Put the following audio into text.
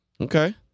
Okay